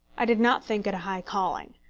i did not think it a high calling.